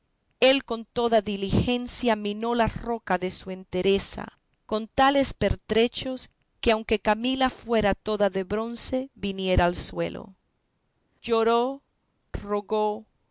él con toda diligencia minó la roca de su entereza con tales pertrechos que aunque camila fuera toda de bronce viniera al suelo lloró rogó